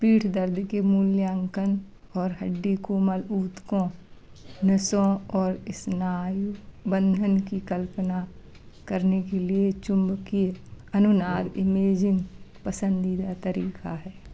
पीठ दर्द के मूल्यांकन और हड्डी कोमल ऊतकों नसों और स्नायुबंधन की कल्पना करने के लिए चुम्बकीय अनुनाद इमेजिंग पसंदीदा तरीका है